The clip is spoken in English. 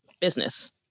business